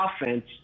offense